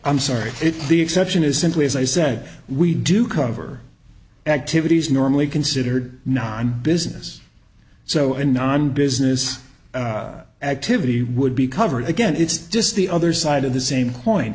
i'm sorry if the exception is simply as i said we do cover activities normally considered non business so a non business activity would be covered again it's just the other side of the same coin